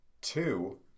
Two